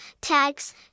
tags